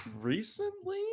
recently